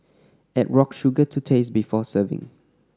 add rock sugar to taste before serving